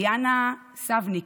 ליאנה סבנוק,